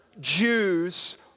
Jews